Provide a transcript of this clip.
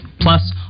Plus